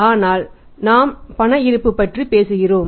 ஆனால் நாம் பண இருப்பு பற்றி பேசுகிறோம்